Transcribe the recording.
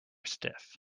stiff